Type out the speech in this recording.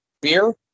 beer